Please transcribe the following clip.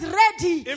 ready